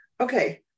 Okay